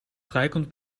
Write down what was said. vrijkomt